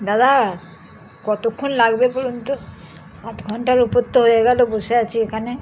দাদা কতোক্ষণ লাগবে বলুন তো আধ ঘন্টার ওপর তো হয়ে গেলো বসে আছি এখানে